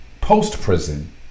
post-prison